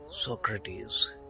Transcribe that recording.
Socrates